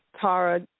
Tara